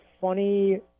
funny